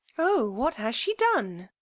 oh, what has she done?